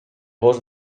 gos